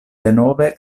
denove